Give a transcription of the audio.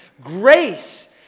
Grace